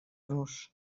nos